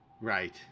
Right